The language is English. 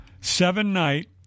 seven-night